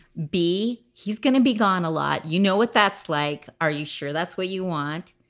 b, he's gonna be gone a lot. you know what that's like. are you sure that's what you want?